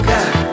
God